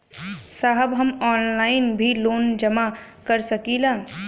साहब हम ऑनलाइन भी लोन जमा कर सकीला?